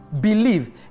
believe